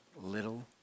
little